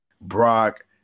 Brock